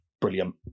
brilliant